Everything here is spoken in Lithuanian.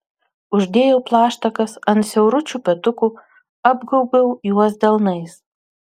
uždėjau plaštakas ant siauručių petukų apgaubiau juos delnais